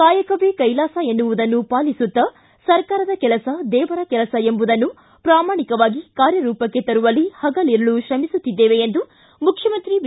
ಕಾಯಕವೇ ಕೈಲಾಸ ಎನ್ನುವುದನ್ನು ಪಾಲಿಸುತ್ತಾ ಸರ್ಕಾರದ ಕೆಲಸ ದೇವರ ಕೆಲಸ ಎಂಬುದನ್ನು ಪ್ರಾಮಾಣಿಕವಾಗಿ ಕಾರ್ಯರೂಪಕ್ಕೆ ತರುವಲ್ಲಿ ಹಗಲಿರುಳು ತ್ರಮಿಸುತ್ತಿದ್ದೇವೆ ಎಂದು ಮುಖ್ಯಮಂತ್ರಿ ಬಿ